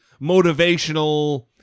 motivational